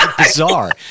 Bizarre